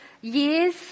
years